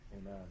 Amen